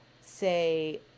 say